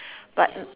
but